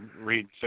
read